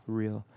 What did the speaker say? real